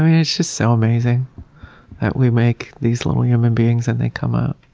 it's just so amazing that we make these little human beings and they come ah